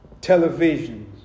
televisions